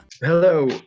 Hello